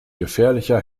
gefährlicher